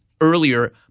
earlier